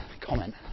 comment